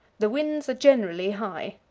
the winds are generally high.